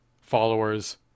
followers